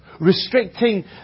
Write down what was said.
Restricting